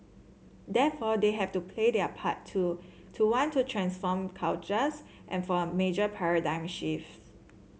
therefore they have to play their part too to want to transform cultures and for a major paradigm shift